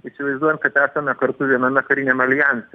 įsivaizduojam kad esame kartu viename kariniame aljanse